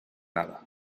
nada